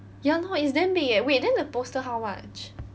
ya lor it's damn big eh wait then the poster how much